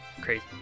Crazy